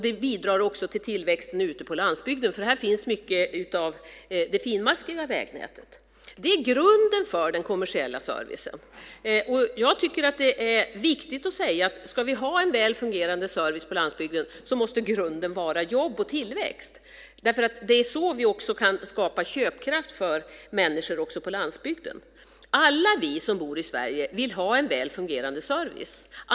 Det bidrar också till tillväxten ute på landsbygden, för här finns mycket av det finmaskiga vägnätet. Det är grunden för den kommersiella servicen. Jag tycker att det är viktigt att säga att ska vi ha en väl fungerande service på landsbygden måste grunden vara jobb och tillväxt. Det är nämligen så vi kan skapa köpkraft för människor också på landsbygden. Alla vi som bor i Sverige vill ha en väl fungerande service.